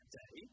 day